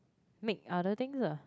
make other things uh